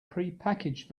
prepackaged